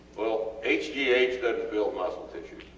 well, hgh doesnt build muscle tissue.